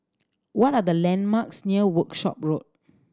what are the landmarks near Workshop Road